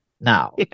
now